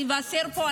אני אוותר פה.